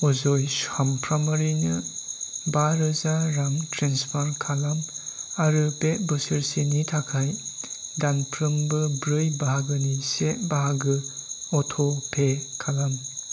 अजय चामफ्रामारिनो बा रोजा रां ट्रेन्सफार खालाम आरो बे बोसोरसेनि थाखाय दानफ्रोमबो ब्रै बाहागोनि से बाहागो अट'पे खालाम